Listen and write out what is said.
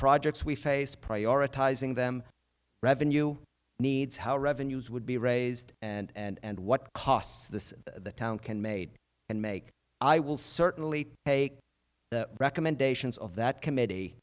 projects we face prioritizing them revenue needs how revenues would be raised and what costs this the town can made and make i will certainly take the recommendations of that committee